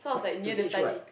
to teach what